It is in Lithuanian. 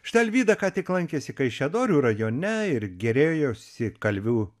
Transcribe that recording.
štai alvyda ką tik lankėsi kaišiadorių rajone ir gėrėjosi kalvių